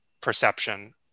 perception